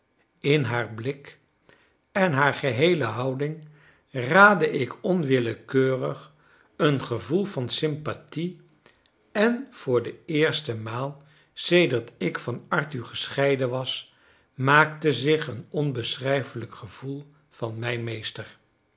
in haar blik en haar geheele houding raadde ik onwillekeurig een gevoel van sympathie en voor de eerste maal sedert ik van arthur gescheiden was maakte zich een onbeschrijflijk gevoel van mij meester